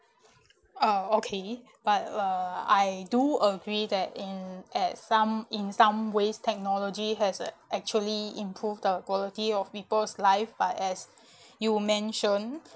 uh okay but uh I do agree that in at some in some ways technology has uh actually improve the quality of people's life but as you mentioned